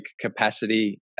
capacity